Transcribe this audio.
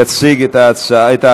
לא נתקבלה.